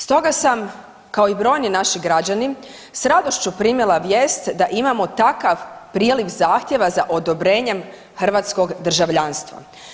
Stoga sam kao i brojni naši građani s radošću primila vijest da imamo takav priliv zahtjeva za odobrenjem hrvatskog državljanstva.